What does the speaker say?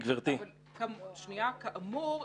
אבל כאמור,